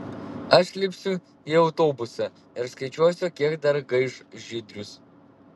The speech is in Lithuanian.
aš lipsiu į autobusą ir skaičiuosiu kiek dar gaiš žydrius